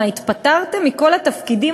מה, התפטרתם מכל התפקידים?